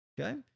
Okay